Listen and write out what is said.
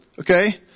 Okay